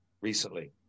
recently